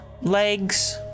Legs